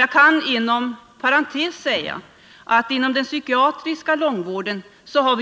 Jag kan inom parentes säga att vi inom den psykiatriska långvården